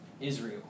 Israel